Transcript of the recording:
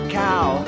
cow